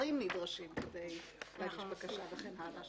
מסמכים נדרשים כדי להגיש בקשה וכן הלאה.